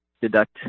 deduct